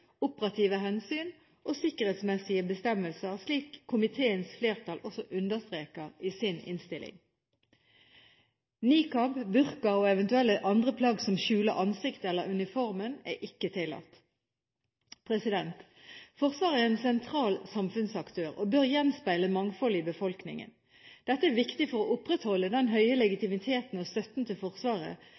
operative hensyn og sikkerhetsmessige bestemmelser, slik komiteens flertall også understreker i sin innstilling. Niqab, burka og eventuelle andre plagg som skjuler ansiktet eller uniformen, er ikke tillatt. Forsvaret er en sentral samfunnsaktør, og bør gjenspeile mangfoldet i befolkningen. Dette er viktig for å opprettholde den høye legitimiteten og støtten til Forsvaret,